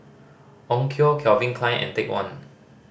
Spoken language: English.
Onkyo Calvin Klein and Take One